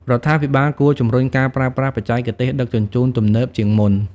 រដ្ឋាភិបាលគួរជំរុញការប្រើប្រាស់ បច្ចេកទេសដឹកជញ្ជូនទំនើបជាងមុន។